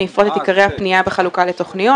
אני אפרט את עיקרי הפנייה בחלוקה לתוכניות.